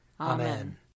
Amen